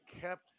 kept